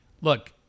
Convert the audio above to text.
Look